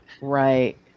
Right